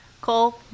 Cole